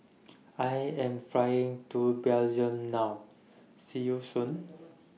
I Am Flying to Belgium now See YOU Soon